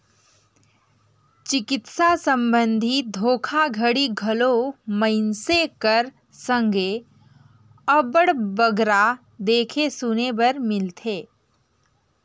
चिकित्सा संबंधी धोखाघड़ी घलो मइनसे कर संघे अब्बड़ बगरा देखे सुने बर मिलथे